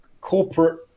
corporate